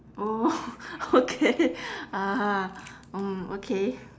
oh okay ah mm okay